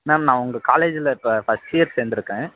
ma'am நான் உங்கள் காலேஜில் இப்போ ஃபர்ஸ்ட் இயர் சேர்ந்துருக்கேன்